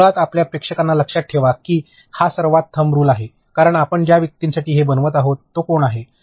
तर मुळात आपल्या प्रेक्षकांना लक्षात ठेवा की हा सर्वात थम रूल आहे कारण आपण ज्या व्यक्तीसाठी हे बनवत आहात तो कोण आहे